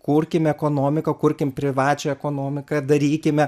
kurkim ekonomiką kurkim privačią ekonomiką darykime